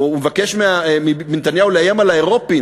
או שהוא מבקש מנתניהו לאיים על האירופים,